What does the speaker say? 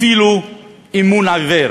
אפילו אמון עיוור.